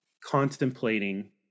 contemplating